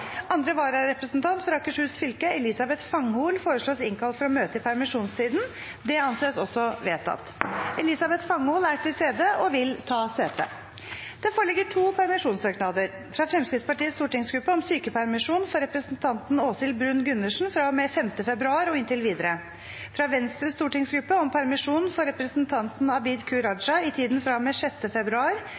Andre vararepresentant for Akershus fylke, Elisabeth Fanghol, foreslås innkalt for å møte i permisjonstiden. – Det anses også vedtatt. Elisabeth Fanghol er til stede og vil ta sete. Det foreligger to permisjonssøknader: fra Fremskrittspartiets stortingsgruppe om sykepermisjon for representanten Åshild Bruun-Gundersen fra og med 5. februar og inntil videre fra Venstres stortingsgruppe om permisjon for representanten Abid Q. Raja i tiden fra og med 6. februar til og med 8. februar